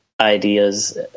ideas